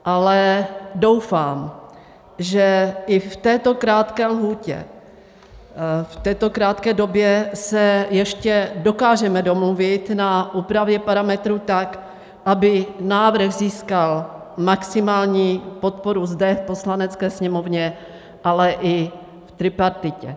Ale doufám, že i v této krátké lhůtě, v této krátké době se ještě dokážeme domluvit na úpravě parametrů tak, aby návrh získal maximální podporu zde v Poslanecké sněmovně, ale i v tripartitě.